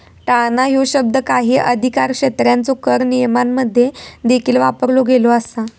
टाळणा ह्यो शब्द काही अधिकारक्षेत्रांच्यो कर नियमांमध्ये देखील वापरलो गेलो असा